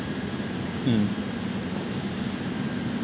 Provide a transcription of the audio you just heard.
mm